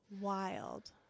wild